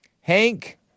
Hank